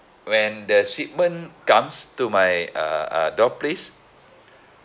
when the shipment comes to my uh uh door place